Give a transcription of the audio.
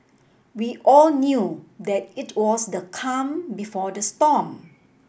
we all knew that it was the calm before the storm